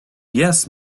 yes